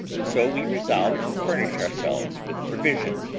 so we resolved to furnish ourselves with provisions,